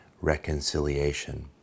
reconciliation